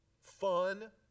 fun